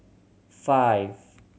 five